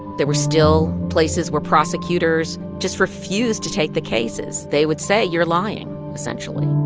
there were still places where prosecutors just refused to take the cases. they would say, you're lying, essentially.